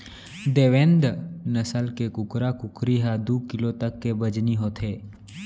देवेन्द नसल के कुकरा कुकरी ह दू किलो तक के बजनी होथे